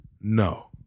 No